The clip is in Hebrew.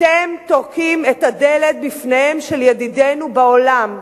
אתם טורקים את הדלת בפניהם של ידידינו בעולם,